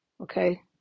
okay